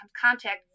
contact